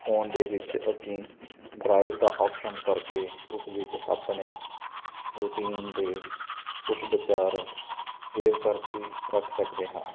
phone ਦੇ ਵਿੱਚ ਅਸੀਂ ਡਰਾਈਵ ਦਾ ਓਪਸ਼ਨ ਕਰਕੇ ਉਸ ਵਿੱਚ ਆਪਣੇ ਰੂਟੀਨ ਦੇ ਕੁਛ ਵਿਚਾਰ ਸੇਵ ਕਰ ਕੇ ਰੱਖ ਸਕਦੇ ਹਾਂ